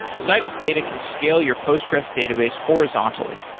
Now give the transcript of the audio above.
citus data can scale your postgressql database horizontally.